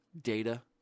data